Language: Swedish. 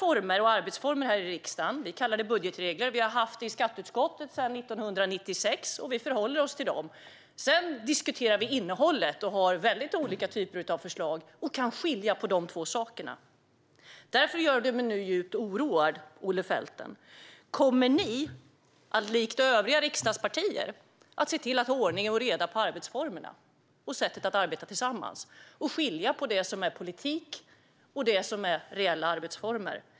Det finns arbetsformer i riksdagen. Vi kallar dem budgetregler. De har funnits i skatteutskottet sedan 1996, och vi förhåller oss till dem. Sedan diskuterar vi innehållet och har olika typer av förslag - och vi kan skilja på de två sakerna. Därför gör du mig nu djupt oroad, Olle Felten. Kommer ni att likt övriga riksdagspartier se till att det är ordning och reda på arbetsformerna och sättet att arbeta tillsammans, det vill säga skilja på det som är politik och det som är reella arbetsformer?